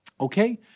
Okay